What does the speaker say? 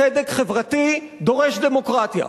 צדק חברתי דורש דמוקרטיה,